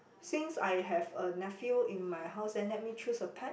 since I have a nephew in my house and let me choose a pet